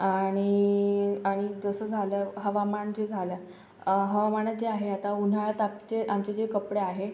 आ णि आणि तसं झालं हवामान जे झालं आहे हवामानात जे आहे आता उन्हाळा तापते आमचे जे कपडे आहे